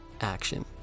action